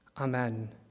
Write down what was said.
Amen